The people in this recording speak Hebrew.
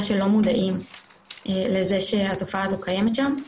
שלא מודעים לזה שהתופעה הזו קיימת שם.